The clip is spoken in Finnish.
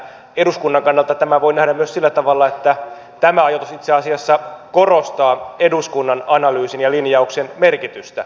eduskunnan kannalta tämän voi nähdä myös sillä tavalla että tämä ajoitus itse asiassa korostaa eduskunnan analyysin ja linjauksen merkitystä